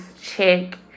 check